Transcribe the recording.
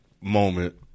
moment